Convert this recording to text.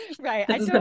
right